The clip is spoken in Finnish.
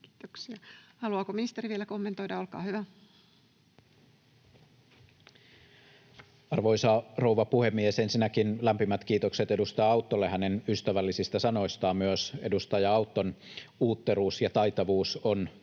liittyviksi laeiksi Time: 17:44 Content: Arvoisa rouva puhemies! Ensinnäkin lämpimät kiitokset edustaja Autolle hänen ystävällisistä sanoistaan. Myös edustaja Auton uutteruus ja taitavuus ovat